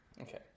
Okay